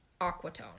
Aquatone